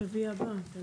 ביום רביעי הבא.